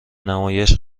نمایش